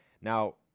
Now